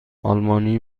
آلمانی